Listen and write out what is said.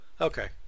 okay